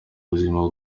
buzima